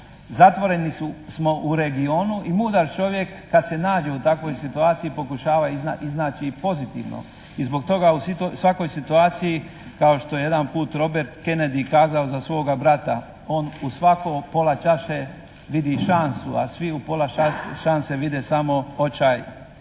Zatvoreni smo u regionu i mudar čovjek kad se nađe u takvoj situaciji pokušava iznaći i pozitivno. I zbog toga u svakoj situaciji kao što je jedanput Robert Kennedy kazao za svoga brata, on u svako pola čaše vidi šansu, a svi u pola šanse vide samo očaj,